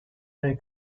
their